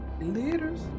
leaders